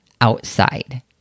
outside